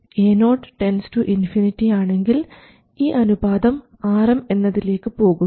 Ao ∞ ആണെങ്കിൽ ഈ അനുപാതം Rm എന്നതിലേക്ക് പോകുന്നു